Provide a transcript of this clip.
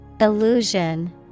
Illusion